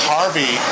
Harvey